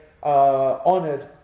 Honored